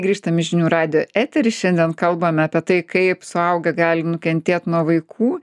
grįžtam į žinių radijo eterį šiandien kalbame apie tai kaip suaugę gali nukentėt nuo vaikų